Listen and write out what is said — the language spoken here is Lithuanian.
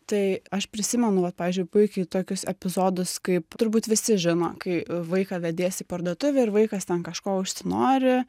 tai aš prisimenu vat pavyzdžiui puikiai tokius epizodus kaip turbūt visi žino kai vaiką vediesi į parduotuvę ir vaikas ten kažko užsinori